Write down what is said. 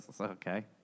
Okay